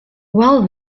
well